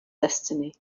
destiny